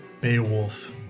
Beowulf